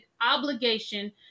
obligation